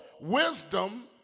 wisdom